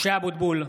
(קורא בשמות חברי הכנסת) משה אבוטבול,